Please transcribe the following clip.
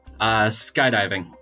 Skydiving